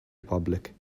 republic